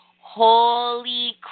holy